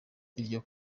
iryo